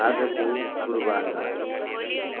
आजको पूर्वानुमान